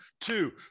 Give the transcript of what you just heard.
two